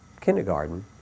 kindergarten